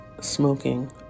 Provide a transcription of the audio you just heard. Smoking